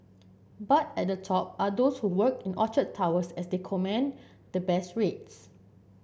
but at the top are those who work in Orchard Towers as they command the best rates